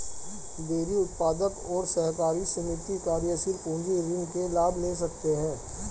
dairy उत्पादक और सहकारी समिति कार्यशील पूंजी ऋण के लाभ ले सकते है